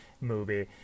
movie